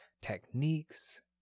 techniques